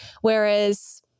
Whereas